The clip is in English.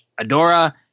Adora